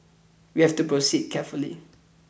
we have to proceed carefully